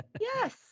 yes